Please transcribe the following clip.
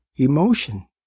Emotion